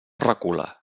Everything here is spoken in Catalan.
recula